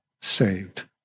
saved